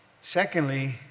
secondly